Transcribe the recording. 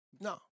No